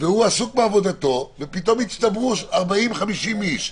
והוא עסוק בעבודתו, ופתאום הצטברו 40 50 איש.